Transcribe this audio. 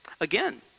Again